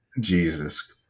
Jesus